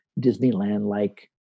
Disneyland-like